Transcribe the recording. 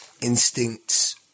instincts